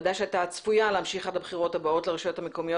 הוועדה הייתה צפויה להמשיך עד לבחירות לרשויות המקומיות